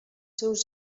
seus